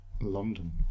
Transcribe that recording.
London